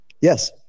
Yes